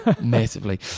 Massively